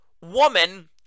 woman